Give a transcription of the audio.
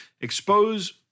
expose